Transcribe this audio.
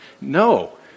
No